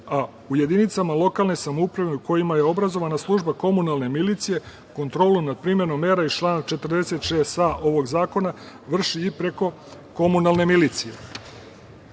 a u jedinicama lokalne samouprave u kojima je obrazovana služba Komunalne milicije, kontrolom nad primenom mera iz člana 46. ovog zakona vrši i preko Komunalne milicije. Sanitarni